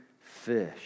fish